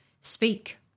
Speak